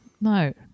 no